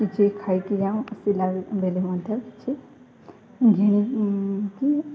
କିଛି ଖାଇକି ଯାଉଁ ଫେରିଲାବେଳେ ମଧ୍ୟ କିଛି କିଣିକି